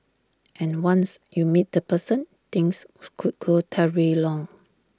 and once you meet that person things could go Terry long